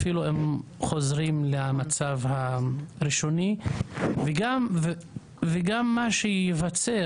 אפילו אם חוזרים למצב הראשוני וגם מה שייווצר